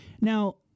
Now